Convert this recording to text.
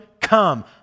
come